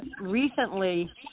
recently